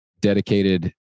dedicated